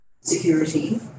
security